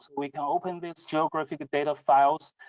we can open these geographic data files